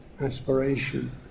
aspiration